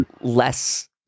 less